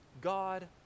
God